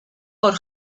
por